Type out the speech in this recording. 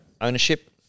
ownership